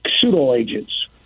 pseudo-agents